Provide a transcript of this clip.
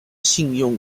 信用